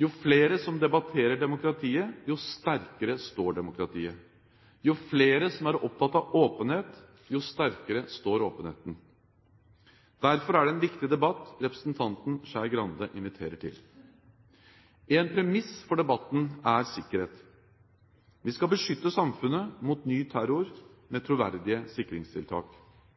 Jo flere som debatterer demokratiet, jo sterkere står demokratiet. Jo flere som er opptatt av åpenhet, jo sterkere står åpenheten. Derfor er det en viktig debatt representanten Trine Skei Grande inviterer til. En premiss for debatten er sikkerhet. Vi skal beskytte samfunnet mot ny terror med troverdige sikringstiltak.